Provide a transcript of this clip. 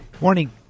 Morning